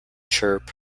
chirp